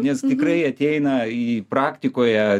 nes tikrai ateina į praktikoje